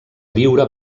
viure